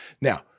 Now